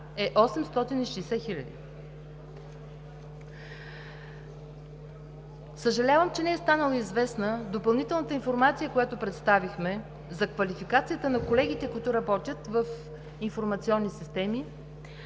е 860 хиляди. Съжалявам, че не е станала известна допълнителната информация, която представихме за квалификацията на колегите, които работят в „Информационни системи“,